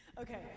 Okay